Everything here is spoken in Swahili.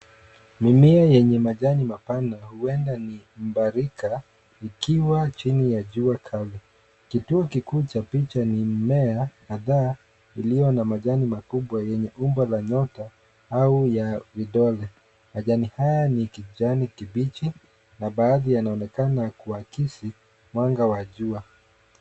Mimea yenye majani mapana huenda ni mbarika ikiwa chini ya jua kali. Kituo kikuu cha picha ni mimea kadhaa iliyo na majani makubwa yenye umbo la nyota au ya vidole. Majani haya ni kijani kibichi na baadhi yanaonekana kuakisi mwanga wa jua.